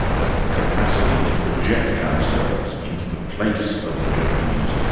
the capacity to project ourselves into the place of the japanese,